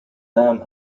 lamb